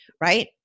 right